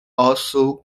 also